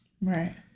Right